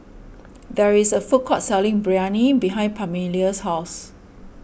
there is a food court selling Biryani behind Pamelia's house